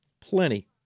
plenty